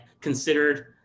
considered